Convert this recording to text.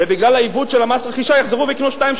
ובגלל העיוות של מס הרכישה הם יחזרו ויקנו שתיים,